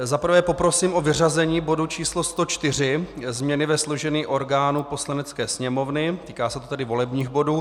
Za prvé poprosím o vyřazení bodu č. 104, změny ve složení orgánů Poslanecké sněmovny, týká se to tedy volebních bodů.